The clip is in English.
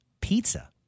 pizza